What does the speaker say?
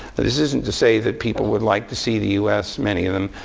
this isn't to say that people would like to see the us, many of them,